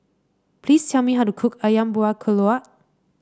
please tell me how to cook ayam Buah Keluak